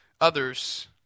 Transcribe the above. others